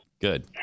Good